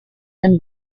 and